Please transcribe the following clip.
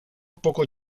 poco